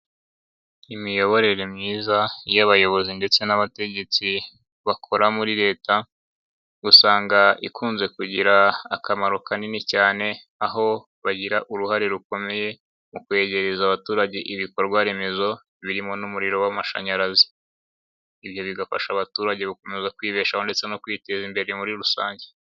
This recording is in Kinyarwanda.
Imiyoborere myiza y'abayobozi ndetse n'abategetsi bakora muri leta, usanga ikunze kugira akamaro kanini cyane, aho bagira uruhare rukomeye mu kwegereza abaturage ibikorwaremezo, birimo n'umuriro w'amashanyarazi. Ibyo bigafasha abaturage gukomeza kwibeshaho ndetse no kwiteza imbere muri rusange.